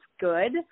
good